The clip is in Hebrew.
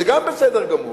זה גם בסדר גמור.